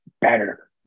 better